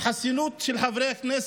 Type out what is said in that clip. אני לא אתן לו את הכבוד לשבת